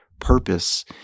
purpose